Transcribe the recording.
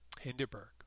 Hindenburg